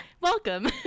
welcome